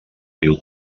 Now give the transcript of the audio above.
riu